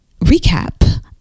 recap